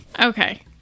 Okay